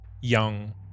young